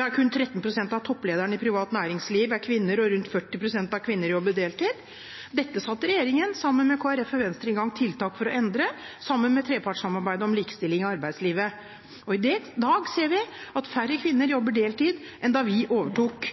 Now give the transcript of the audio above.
der kun 13 pst. av topplederne i privat næringsliv er kvinner og rundt 40 pst. av kvinner jobber deltid? Dette satte regjeringen, sammen med Kristelig Folkeparti og Venstre, i gang tiltak for å endre, sammen med trepartssamarbeidet om likestilling i arbeidslivet. I dag ser vi at færre kvinner jobber deltid enn da vi overtok.